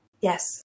Yes